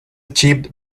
achieved